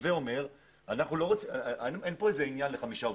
הווה אומר, אין כאן עניין לחמישה עותקים.